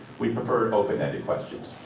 we prefer open ended questions.